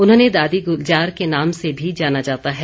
उन्हें दादी गुलजार के नाम से भी जाना जाता है